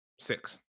six